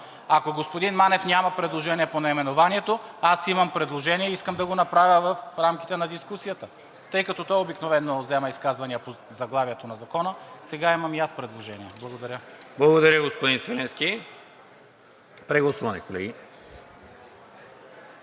Ако господин Манев няма предложение по наименованието, аз имам предложение и искам да го направя в рамките на дискусията. Тъй като той обикновено взема изказвания по заглавието на Закона, сега имам и аз предложение. Благодаря. ПРЕДСЕДАТЕЛ НИКОЛА МИНЧЕВ: Благодаря, господин Свиленски. Прегласуване, колеги.